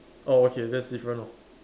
orh okay that's different lah